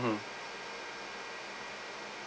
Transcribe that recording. mmhmm